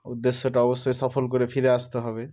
উদ্দেশ্যটা অবশ্যই সফল করে ফিরে আসতে হবে